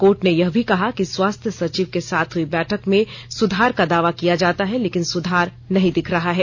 court ने यह भी कहा कि स्वास्थ्य सचिव के साथ हुई बैठक में सुधार का दावा किया जाता है लेकिन सुधार नहीं दिख रहा है